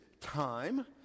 time